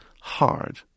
hard